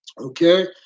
okay